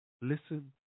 Listen